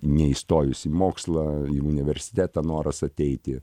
neįstojus į mokslą į universitetą noras ateiti